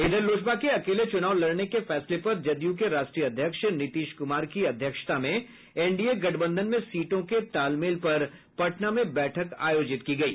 इधर लोजपा के अकेले चुनाव लड़ने के फैसले पर जदयू के राष्ट्रीय अध्यक्ष नीतीश कुमार की अध्यक्षता में एनडीए गठबंधन में सीटों के तालमेल पर पटना में बैठक आयोजित की गयी